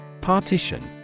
Partition